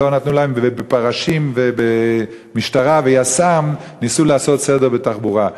ופרשים ומשטרה ויס"מ ניסו לעשות סדר בתחבורה?